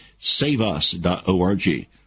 saveus.org